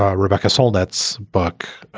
ah rebecca soldats book,